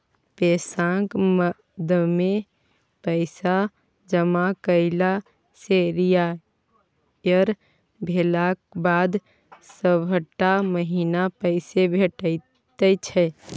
पेंशनक मदमे पैसा जमा कएला सँ रिटायर भेलाक बाद सभटा महीना पैसे भेटैत छै